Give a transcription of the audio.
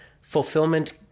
fulfillment